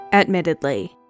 Admittedly